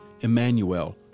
Emmanuel